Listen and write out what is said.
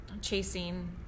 chasing